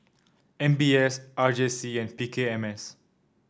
M B S R J C and P K M S